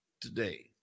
today